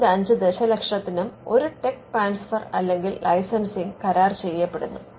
5 ദശലക്ഷത്തിനും ഒരു tech transfer അല്ലെങ്കിൽ ലൈസൻസിംഗ് കരാർ ചെയ്യപ്പെടുന്നു